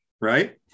right